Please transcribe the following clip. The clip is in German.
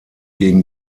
gegen